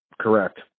Correct